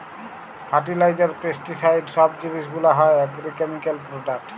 fertiliser, pesticide সব জিলিস গুলা হ্যয় আগ্রকেমিকাল প্রোডাক্ট